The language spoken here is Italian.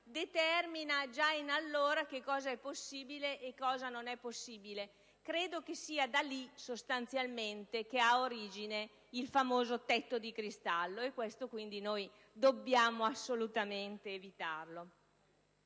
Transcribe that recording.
determina già allora che cosa è possibile e che cosa non lo è. Credo che sia da lì che sostanzialmente ha origine il famoso tetto di cristallo, e questo noi dobbiamo assolutamente evitarlo.